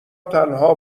تنها